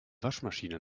waschmaschine